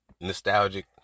nostalgic